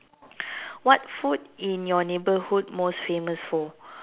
what food in your neighbourhood most famous for